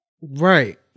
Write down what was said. Right